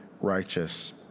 righteous